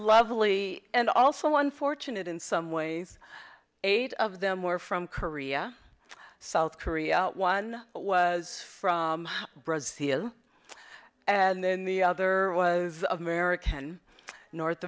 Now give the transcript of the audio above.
lovely and also one fortunate in some ways eight of them were from korea south korea one was from and then the other was american north